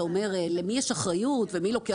אתה אומר למי יש אחריות ומי לוקח אותה.